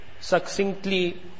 succinctly